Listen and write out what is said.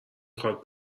خواد